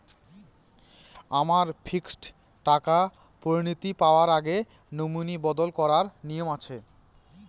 আমার ফিক্সড টাকা পরিনতি পাওয়ার আগে নমিনি বদল করার নিয়ম আছে?